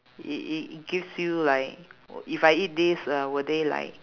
it it gives you like w~ if I eat this uh will they like